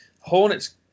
Hornets